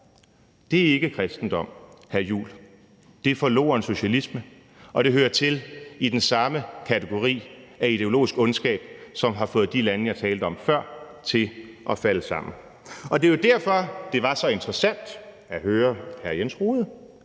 Det er ikke kristendom, hr. Christian Juhl, det er forloren socialisme, og det hører til i den samme kategori af ideologisk ondskab, som har fået de lande, jeg talte om før, til at falde sammen. Det er jo derfor, at det var så interessant at høre hr. Jens Rohde.